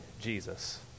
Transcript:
Jesus